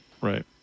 right